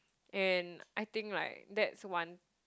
and I think like that's one